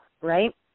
right